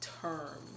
term